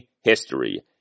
history